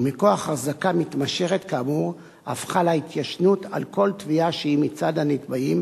ומכוח החזקה מתמשכת כאמור אף חלה התיישנות על כל תביעה שהיא מצד הנתבעים